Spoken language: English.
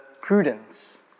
prudence